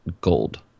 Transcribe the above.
gold